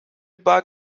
bug